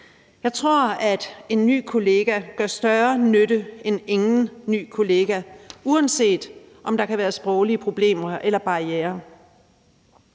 Jeg tror, at en ny kollega gør større nytte end ingen ny kollega, uanset om der kan være sproglige problemer eller barrierer.